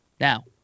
Now